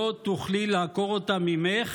לא תוכלי לעקור אותה ממך